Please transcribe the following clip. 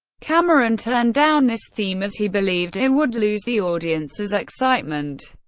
cameron turned down this theme, as he believed it would lose the audience's excitement.